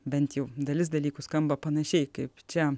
bent jau dalis dalykų skamba panašiai kaip čia